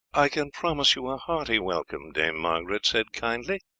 i can promise you a hearty welcome, dame margaret said kindly.